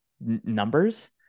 numbers